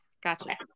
gotcha